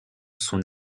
son